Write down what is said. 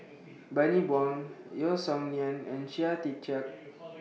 Bani Buang Yeo Song Nian and Chia Tee Chiak